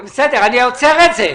בסדר, אני עוצר את זה.